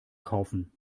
kaufen